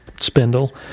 Spindle